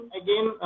again